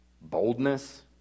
boldness